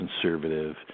conservative